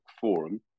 Forum